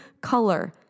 color